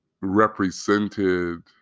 represented